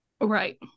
right